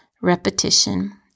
repetition